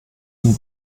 von